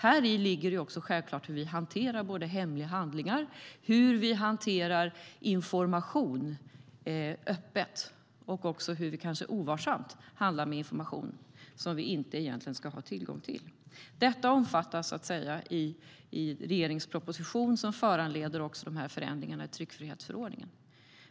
Häri ligger självklart också hur vi hanterar hemliga handlingar, hur vi hanterar information öppet och också hur vi kanske ovarsamt hanterar information som vi egentligen inte ska ha tillgång till. Detta omfattas, så att säga, i regeringens proposition, som föranleder de här förändringarna i tryckfrihetsförordningen.